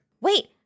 Wait